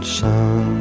sun